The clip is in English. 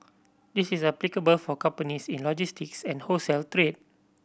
this is applicable for companies in logistics and wholesale trade